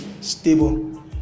stable